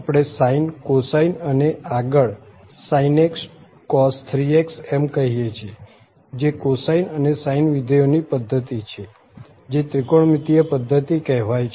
આપણે sine cosine અને આગળ sin 2x cos 3x એમ કહીએ છીએ જે cosine અને sine વિધેયો ની પધ્ધતિ છે જે ત્રિકોણમિતિય પધ્ધતિ કહેવાય છે